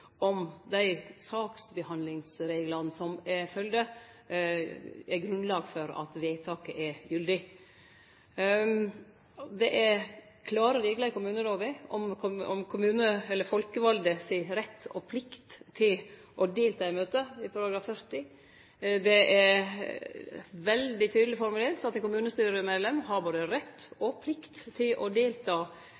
om dei saksbehandlingsreglane som er følgde, er grunnlag for at vedtaket er gyldig. Det er klare reglar i kommunelova om rett og plikt for folkevalde til å delta i møte –§ 40. Det er veldig tydeleg formulert at ein kommunestyremedlem har både rett